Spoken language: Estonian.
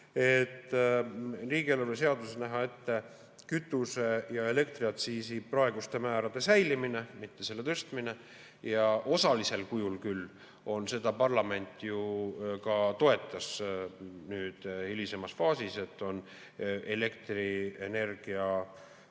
et riigieelarve seaduses näha ette kütuse‑ ja elektriaktsiisi praeguste määrade säilimine, mitte nende tõstmine. Osalisel kujul küll seda parlament ju ka toetas hilisemas faasis, elektrienergia‑